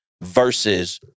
versus